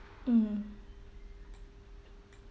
mm